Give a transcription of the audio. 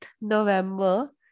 November